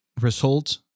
results